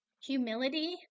Humility